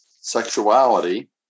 sexuality